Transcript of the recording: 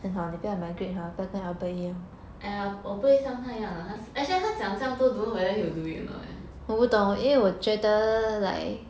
err 我不会像他一样 lah actually 他讲这样多 don't know whether he will do it anot leh